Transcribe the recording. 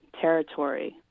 Territory